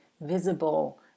visible